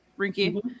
Rinky